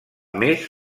més